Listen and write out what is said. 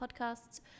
Podcasts